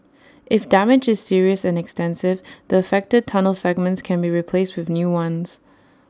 if damage is serious and extensive the affected tunnel segments can be replaced with new ones